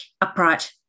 upright